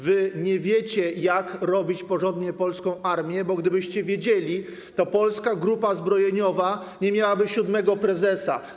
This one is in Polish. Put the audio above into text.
Wy nie wiecie, jak robić porządnie polską armię, bo gdybyście wiedzieli, to Polska Grupa Zbrojeniowa nie miałaby siódmego prezesa.